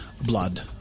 blood